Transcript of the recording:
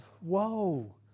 Whoa